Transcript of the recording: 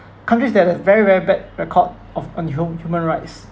countries that have very very bad record of on hu~ human rights